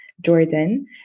Jordan